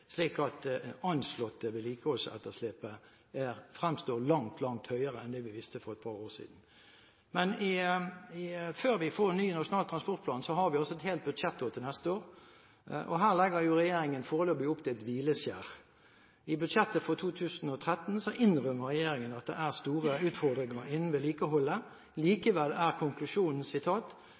slik at det anslåtte vedlikeholdsetterslepet fremstår langt, langt høyere enn det vi visste for et par år siden. Men før vi får ny Nasjonal transportplan, har vi et helt budsjettår til neste år, og her legger regjeringen foreløpig opp til et hvileskjær. I budsjettet for 2013 innrømmer regjeringen at det er store utfordringer innen vedlikeholdet. Likevel er konklusjonen: